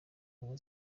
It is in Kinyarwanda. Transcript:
ubumwe